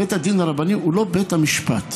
בית הדין הרבני הוא לא בית המשפט,